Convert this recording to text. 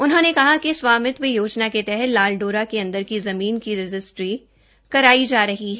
उन्होंने कहा कि स्वामित्व योजना के तहत लाल डोरा के अंदर की जमीन की रजिस्ट्री कराई जा रही है